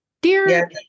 Dear